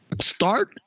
start